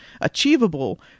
achievable